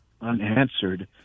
unanswered